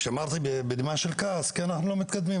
כשאמרתי בנימה של כעס כי אנחנו לא מתקדמים,